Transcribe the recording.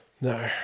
no